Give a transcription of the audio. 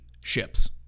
ships